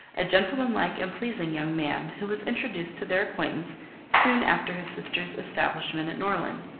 a gentleman-like and pleasing young man, who was introduced to their acquaintance soon after his sister's establishment at norland,